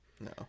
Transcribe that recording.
No